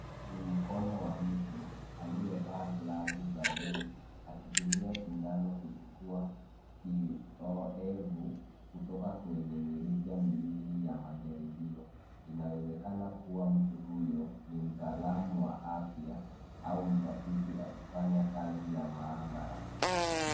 Ni mkono wa mtu aliyevaa glavu za buluu akitumia sindano kuchukua kiowevu kutoka kwenye mirija miwili ya majaribio. Inawezekana kuwa mtu huyo ni mtaalamu wa afya au mtafiti akifanya kazi ya maabara.